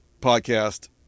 podcast